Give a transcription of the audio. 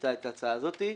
שליוותה את ההצעה הזאת.